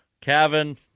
kevin